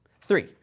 Three